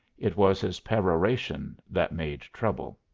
it was his peroration that made trouble.